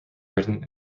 written